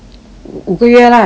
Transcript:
五个月 lah 这样慢